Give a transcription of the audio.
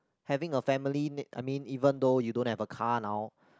having a family me~ I mean even though you don't have a car now